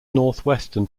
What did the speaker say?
northwestern